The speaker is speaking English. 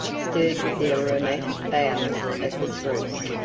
stirred with the aromatic boughs of the spruce,